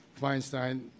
Feinstein